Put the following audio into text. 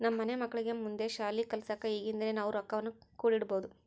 ನಮ್ಮ ಮನೆ ಮಕ್ಕಳಿಗೆ ಮುಂದೆ ಶಾಲಿ ಕಲ್ಸಕ ಈಗಿಂದನೇ ನಾವು ರೊಕ್ವನ್ನು ಕೂಡಿಡಬೋದು